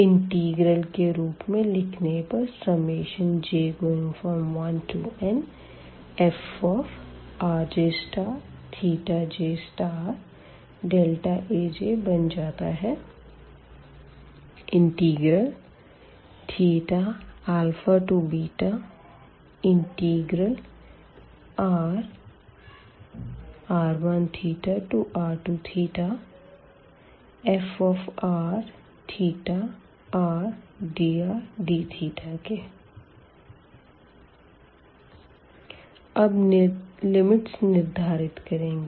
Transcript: integral के रूप में लिखने पर j1nfrjj Aj बन जाता है θαrr1rr2frθrdrdθ अब लिमिट्स निर्धारित करेंगे